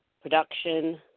production